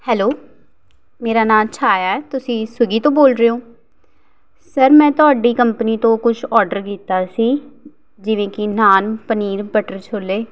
ਹੈਲੇ ਮੇਰਾ ਨਾਂ ਛਾਇਆ ਆ ਤੁਸੀਂ ਸਵੀਗੀ ਤੋਂ ਬੋਲ ਰਹੇ ਹੋ ਸਰ ਮੈਂ ਤੁਹਾਡੀ ਕੰਪਨੀ ਤੋਂ ਕੁਛ ਔਡਰ ਕੀਤਾ ਸੀ ਜਿਵੇਂ ਕਿ ਨਾਨ ਪਨੀਰ ਬਟਰ ਛੋਲੇ